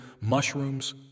mushrooms